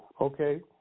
okay